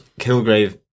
Kilgrave